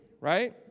right